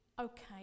Okay